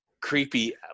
creepy